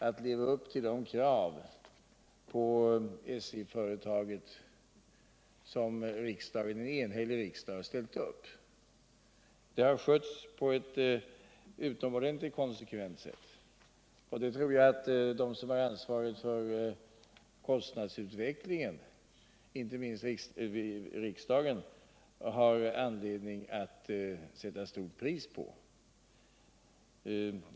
att leva upp till de krav på SJ-företaget som en enhällig riksdag ställt upp. Det har skötts på ett utomordenligt konsekvent sätt. Det tror jag de som har ansvaret för kostnadsutvecklingen, inte minst riksdagen, har anledning att sätta stort pris på.